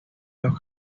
los